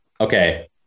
okay